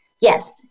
yes